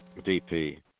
DP